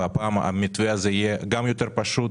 שהפעם יהיה גם יותר פשוט,